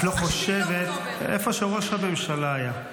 איפה שראש הממשלה היה.